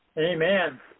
Amen